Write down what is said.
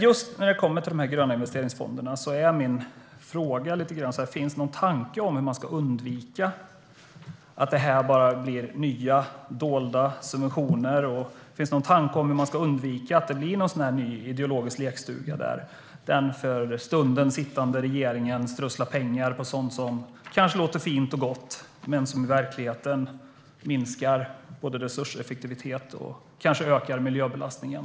Just när det gäller de gröna investeringsfonderna är min fråga: Finns det någon tanke om hur man ska undvika att det bara blir nya dolda subventioner? Finns det någon tanke om hur man ska undvika att det blir någon ny ideologisk lekstuga där den för stunden sittande regeringen strösslar pengar på sådant som kanske låter fint och gott men som i verkligheten både minskar resurseffektiviteten och kanske ökar miljöbelastningen?